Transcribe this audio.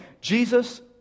Jesus